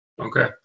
Okay